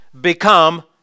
become